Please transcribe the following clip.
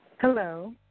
Hello